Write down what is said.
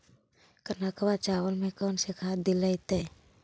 कनकवा चावल में कौन से खाद दिलाइतै?